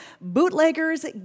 bootleggers